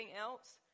else